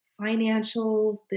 financials